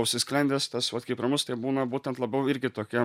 užsisklendęs tas vat kaip ramus tai būna būtent labiau irgi tokia